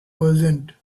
present